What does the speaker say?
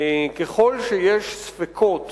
ככל שיש ספקות